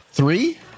Three